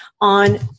on